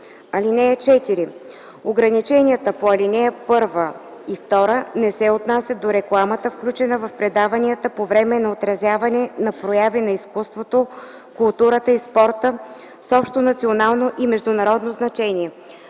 час. (4) Ограниченията по ал. 1, т. 1 и 2 не се отнасят до рекламата, включена в предаванията по време на отразяване на прояви на изкуството, културата и спорта с общонационално и международно значение.